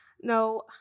No